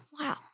Wow